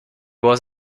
was